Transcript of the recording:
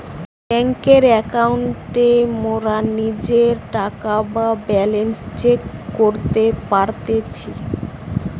বেংকের একাউন্টে মোরা নিজের টাকা বা ব্যালান্স চেক করতে পারতেছি